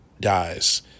dies